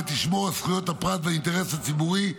ותשמור על זכויות הפרט והאינטרס הציבורי מהצד השני.